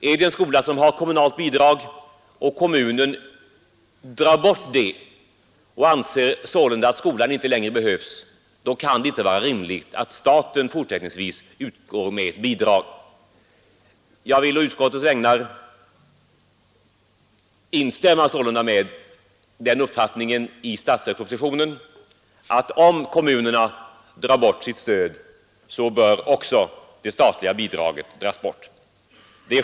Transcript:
Om en skola har haft kommunalt bidrag, och om kommunen en dag finner att skolan inte längre behövs och därför drar in bidraget, så kan det inte vara rimligt att staten fortsättningsvis ger bidrag. Jag vill sålunda på utskottets vägnar instämma i vad som står i statsverkspropositionen, att om kommunerna drar in sitt stöd bör också det statliga bidraget dras in.